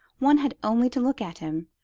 one had only to look at him,